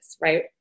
right